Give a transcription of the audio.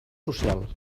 social